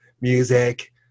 music